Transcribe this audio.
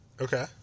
Okay